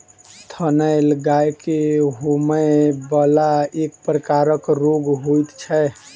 थनैल गाय के होमय बला एक प्रकारक रोग होइत छै